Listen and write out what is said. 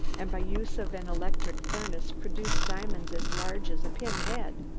and by use of an electric furnace produced diamonds as large as a pinhead.